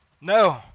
No